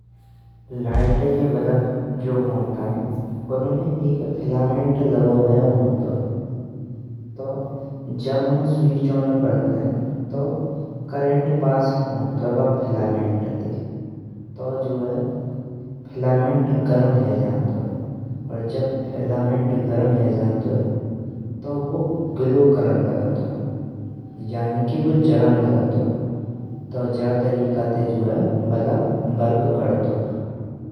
लाइट के बल्ब जो हॉनतए हैं, उनमें एक फिलामेंट लागो बायो हॉनतए हैं जब हम स्विच ऑन करतायें तो करंट पास होतोंय। वा फिलामेंट ते और तो है फिलामेंट गरम होजनते हैं, और जब फिलामेंट गरम होजनतोये हैं, तो बल्ब ग्लो करन लागतुए। यानि कि जरण लागतुए तो जां तरीका ते बल्ब वर्क करतुए।